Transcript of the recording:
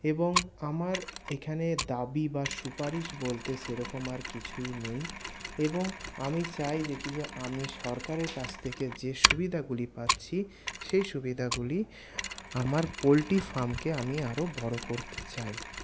এবং আমার এইখানে দাবি বা সুপারিশ বলতে সেরকম আর কিছুই নেই এবং আমি চাই যে কি আমি সরকারের কাছ থেকে যে সুবিধাগুলি পাচ্ছি সেই সুবিধাগুলি আমার পোলট্রি ফার্মকে আমি আরও বড়ো করতে চাই